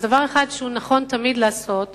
אז דבר אחד שנכון תמיד לעשות